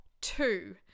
two